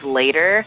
later